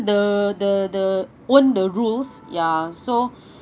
the the the own the rules ya so